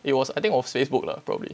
it was I think it was facebook lah probably